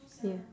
ya